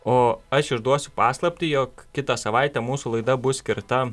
o aš išduosiu paslaptį jog kitą savaitę mūsų laida bus skirta